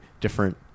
different